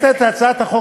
יציג את הצעת החוק